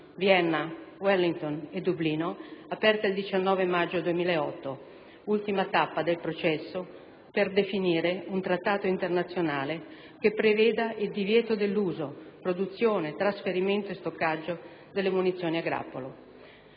Vienna, Wellington e Dublino, aperta il 19 maggio 2008 ed ultima tappa del processo per definire un trattato internazionale che preveda il divieto dell'uso, della produzione, del trasferimento e dello stoccaggio delle munizioni a grappolo.